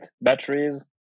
batteries